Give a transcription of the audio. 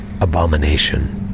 Abomination